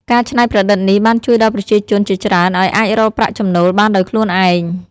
ការច្នៃប្រឌិតនេះ បានជួយដល់ប្រជាជនជាច្រើនឱ្យអាចរកប្រាក់ចំណូលបានដោយខ្លួនឯង។